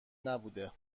نبوده